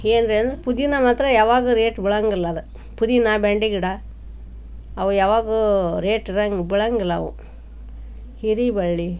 ಏನು ರೀ ಅಂದ್ರೆ ಪುದೀನಾ ಮಾತ್ರ ಯಾವಾಗೂ ರೇಟ್ ಬೀಳೋಂಗಿಲ್ಲ ಅದು ಪುದೀನಾ ಬೆಂಡೆ ಗಿಡ ಅವು ಯಾವಾಗೂ ರೇಟ್ ಇರೊಂಗ್ ಬೀಳೋಂಗಿಲ್ಲ ಅವು ಹೀರೇ ಬಳ್ಳಿ